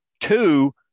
Two